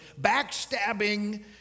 backstabbing